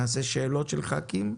נשמע שאלות של חברי כנסת,